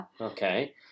Okay